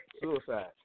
Suicide